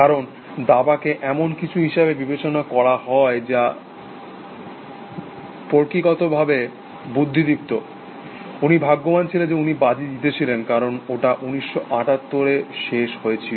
কারণ দাবাকে এমন কিছু হিসাবে বিবেচনা করা হয় যা প্রকৃতিগতভবে বুদ্ধিদীপ্ত উনি ভাগ্যবান ছিল যে উনি বাজি জিতেছিলেন কারণ ওটা 1978 তে শেষ হয়েছিল